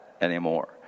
anymore